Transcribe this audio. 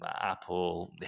Apple